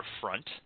front